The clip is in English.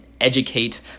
educate